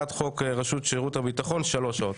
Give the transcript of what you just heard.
הצעת חוק שירות ביטחון שלוש שעות.